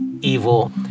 evil